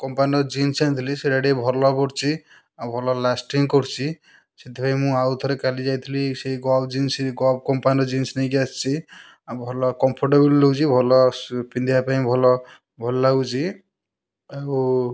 କମ୍ପାନୀର୍ jeans ଆଣିଥିଲି ସେଟା ଟିକେ ଭଲ ପଡ଼ୁଛି ଆଉ ଭଲ ଲାଷ୍ଟିଂ କରୁଛି ସେଥିପାଇଁ ମୁଁ ଆଉ ଥରେ କାଲି ଯାଇଥିଲି ସେ ଗବ୍ ଜିନ୍ସ ସେଇ ଗବ୍ କମ୍ପାନୀର ଜିନ୍ସ ନେଇକି ଆସିଛି ଭଲ କମ୍ଫଟେବୁଲ୍ ରହୁଛି ଭଲ ଆସୁଛି ପିନ୍ଧିବା ପାଇଁ ଭଲ ଭଲ ଲାଗୁଛି ଆଉ